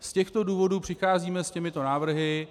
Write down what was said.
Z těchto důvodů přicházíme s těmito návrhy.